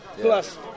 plus